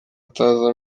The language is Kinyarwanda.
ataza